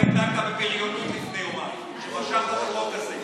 אתה התנהגת בבריונות לפני יומיים כשמשכת את החוק הזה.